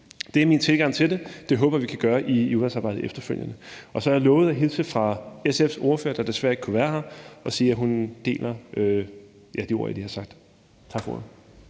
Det er min tilgang til det. Det håber jeg vi kan gøre i udvalgsarbejdet efterfølgende. Og så har jeg lovet at hilse fra SF's ordfører, der desværre ikke kunne være her, og sige, at hun er enig i de ord, jeg lige har sagt. Tak for ordet.